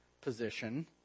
position